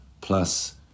plus